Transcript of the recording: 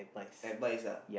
advice ah